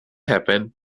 happened